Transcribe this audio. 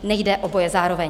Nejde oboje zároveň.